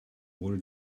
wurde